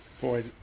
boy